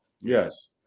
Yes